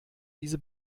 diese